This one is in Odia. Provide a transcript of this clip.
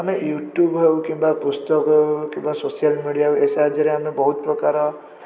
ଆମେ ୟୁଟ୍ୟୁବ୍ ହେଉ କିମ୍ବା ପୁସ୍ତକ ହେଉ କିମ୍ବା ସୋସିଆଲ୍ ମିଡ଼ିଆ ହେଉ ଏ ସାହାଯ୍ୟରେ ଆମେ ବହୁତ ପ୍ରକାର